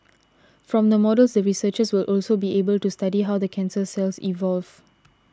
from the models the researchers will also be able to study how the cancer cells evolve